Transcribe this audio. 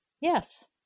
yes